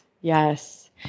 Yes